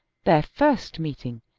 their first meeting,